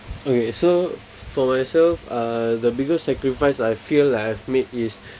okay so for myself uh the biggest sacrifice I feel like I've made is